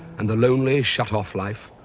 and the lonely, shut-off life,